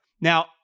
Now